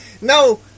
No